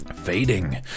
fading